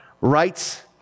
rights